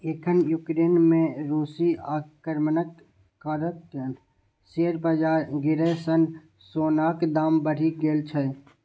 एखन यूक्रेन पर रूसी आक्रमणक कारण शेयर बाजार गिरै सं सोनाक दाम बढ़ि गेल छै